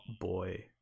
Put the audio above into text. boy